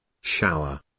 Shower